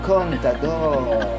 Contador